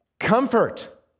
Comfort